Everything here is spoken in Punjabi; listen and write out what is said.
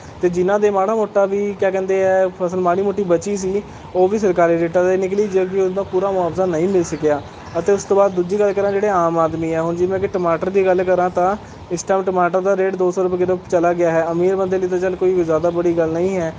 ਅਤੇ ਜਿਨ੍ਹਾਂ ਦੇ ਮਾੜਾ ਮੋਟਾ ਵੀ ਕਿਆ ਕਹਿੰਦੇ ਹੈ ਫ਼ਸਲ ਮਾੜੀ ਮੋਟੀ ਬਚੀ ਸੀ ਉਹ ਵੀ ਸਰਕਾਰੀ ਰੇਟਾਂ 'ਤੇ ਨਿਕਲੀ ਜਦ ਕਿ ਉਹਦਾ ਪੂਰਾ ਮੁਆਵਜ਼ਾ ਨਹੀਂ ਮਿਲ ਸਕਿਆ ਅਤੇ ਉਸ ਤੋਂ ਬਾਅਦ ਦੂਜੀ ਗੱਲ ਕਰਾਂ ਜਿਹੜੇ ਆਮ ਆਦਮੀ ਹੈ ਹੁਣ ਜਿਵੇਂ ਕਿ ਟਮਾਟਰ ਦੀ ਗੱਲ ਕਰਾਂ ਤਾਂ ਇਸ ਟਾਈਮ ਟਮਾਟਰ ਦਾ ਰੇਟ ਦੋ ਸੌ ਰੁਪਏ ਕਿਲੋ ਚਲਾ ਗਿਆ ਹੈ ਅਮੀਰ ਬੰਦੇ ਲਈ ਤਾਂ ਚਲ ਕੋਈ ਜ਼ਿਆਦਾ ਬੜੀ ਗੱਲ ਨਹੀਂ ਹੈ